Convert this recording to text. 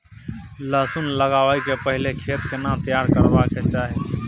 लहसुन लगाबै के पहिले खेत केना तैयार करबा के चाही?